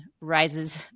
rises